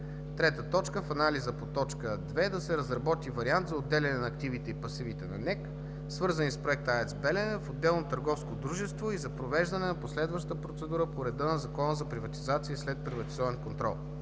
„Белене“. 3. В анализа по точка 2 да се разработи вариант за отделяне на активите и пасивите на НЕК, свързани с Проекта „АЕЦ „Белене“ в отделно търговско дружество и за провеждане на последваща процедура по реда на Закона за приватизация и следприватизационен контрол.